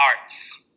arts